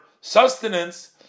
sustenance